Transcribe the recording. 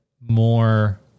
more